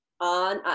on